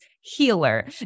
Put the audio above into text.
healer